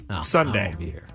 Sunday